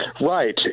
Right